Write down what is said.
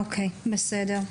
בבקשה.